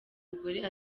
mugore